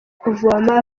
kuvoma